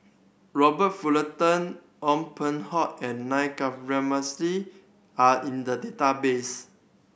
Robert Fullerton Ong Peng Hock and Na Govindasamy are in the database